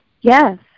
yes